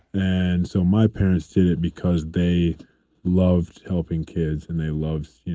and so my parents did it because they loved helping kids, and they love.